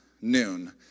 noon